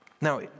Now